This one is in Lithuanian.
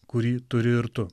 kurį turi ir tu